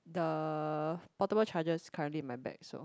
the portable charge is currently in my bag so